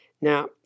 Now